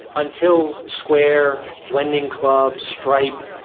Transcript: until square, lending club, stripe,